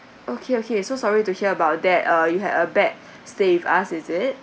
okay okay so sorry to hear about that uh you have a bad stay with us is it